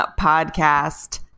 Podcast